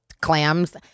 clams